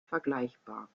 vergleichbar